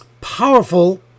powerful